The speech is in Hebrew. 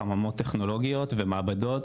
חממות טכנולוגיות ומעבדות.